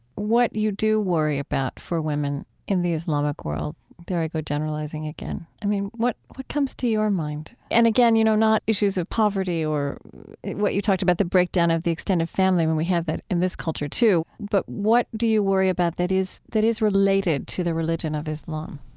what you do worry about for women in the islamic world there i go generalizing again i mean, what what comes to your mind? and again, you know, not issues of poverty or what you talked about, the breakdown of the extended family, i mean, we have that in this culture, too but what do you worry about that is that is related to the religion of islam?